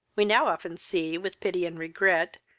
we now often see, with pity and regret,